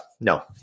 no